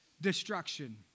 destruction